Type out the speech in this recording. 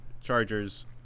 Chargers